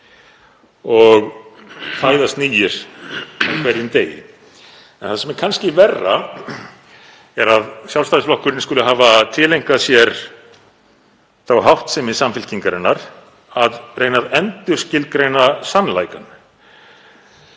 og fæðast nýir á hverjum degi. En það sem er kannski verra er að Sjálfstæðisflokkurinn skuli hafa tileinkað sér þá háttsemi Samfylkingarinnar að reyna að endurskilgreina sannleikann